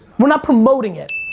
we're not promoting it.